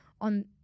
on